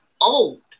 old